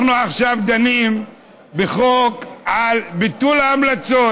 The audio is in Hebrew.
אנחנו עכשיו דנים בחוק על ביטול ההמלצות.